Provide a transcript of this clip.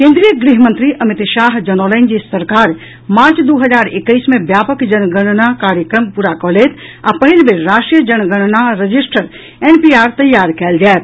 केन्द्रीय गृह मंत्री अमित शाह जनौलनि अछि जे सरकार मार्च दू हजार एकैस मे व्यापक जनगणना कार्यक्रम पूरा कऽ लेत आ पहिल बेर राष्ट्रीय जनगणना रजिस्ट्रर एनपीआर तैयार कयल जायत